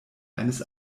eines